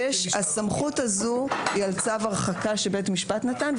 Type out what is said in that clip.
הסמכות הזו היא על צו הרחקה שבית משפט נתן,